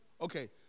Okay